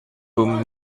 whom